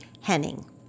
Henning